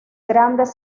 grandes